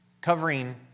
covering